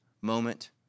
moment